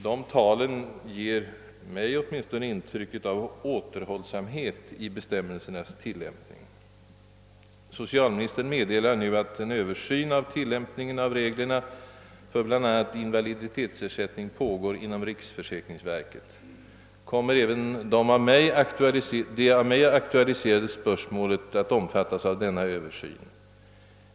Dessa tal ger intryck av återhållsamhet i bestämmelsernas tillämpning. Socialministern meddelar nu att en översyn av tillämpningen av reglerna för bl.a. invaliditetsersättning pågår inom riksförsäkringsverket. Kommer även det av mig aktualiserade spörsmålet att omfattas av denna översyn?